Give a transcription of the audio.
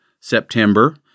September